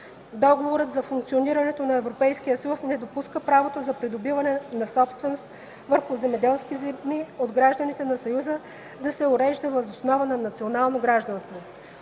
Договорът за функционирането на Европейския съюз не допуска правото за придобиване на собственост върху земеделски земи от гражданите на Съюза да се урежда въз основа на националното гражданство.